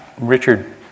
Richard